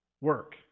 work